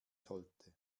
sollte